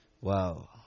Wow